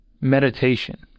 meditation